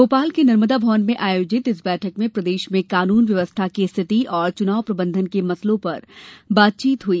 भोपाल के नर्मदा भवन में आयोजित इस बैठक में प्रदेश में कानून व्यवस्था की स्थिति और चुनाव प्रबन्धन के मसलों पर बातचीत हुई